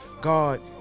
God